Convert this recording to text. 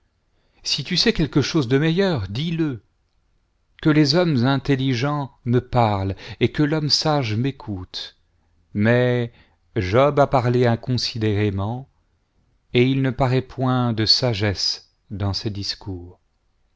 si tu sais quelque chose de meilleur dis-le que les hommes intelligents me parlent et que l'homme sage m'écoute mais job a parlé inconsidérément et il ne paraît point de sagesse dans ses discours